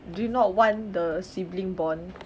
do you not want the sibling bond